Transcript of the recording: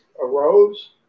arose